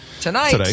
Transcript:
Tonight